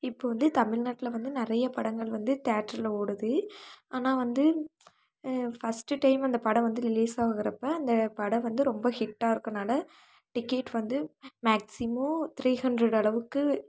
இப்போது வந்து தமிழ்நாட்டில் வந்து நிறைய படங்கள் வந்து தேட்டர்ல ஓடுது ஆனால் வந்து ஃபர்ஸ்ட்டு டைம் அந்த படம் வந்து ரிலீஸ் ஆகுறப்ப அந்த படம் வந்து ரொம்ப ஹிட்டாக இருக்கதனால டிக்கெட் வந்து மேக்ஸிமோம் த்ரீ ஹண்ட்ரேட் அளவுக்கு